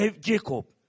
Jacob